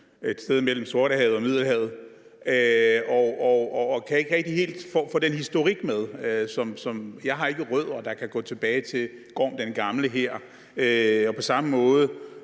et sted mellem Sortehavet og Middelhavet, og jeg kan ikke helt få den historik med. Jeg har ikke rødder, der går tilbage til Gorm den Gamle her. På samme måde